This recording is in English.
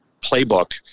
playbook